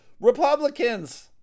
Republicans